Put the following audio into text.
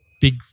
big –